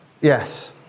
Yes